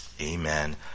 amen